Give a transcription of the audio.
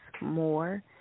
more